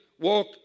walk